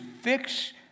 Fix